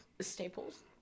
Staples